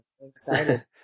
excited